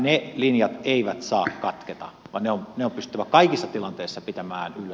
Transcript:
ne linjat eivät saa katketa vaan ne on pystyttävä kaikissa tilanteissa pitämään yllä